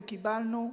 וקיבלנו.